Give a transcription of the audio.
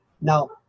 Now